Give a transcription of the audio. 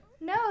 No